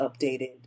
updated